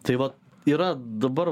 tai va yra dabar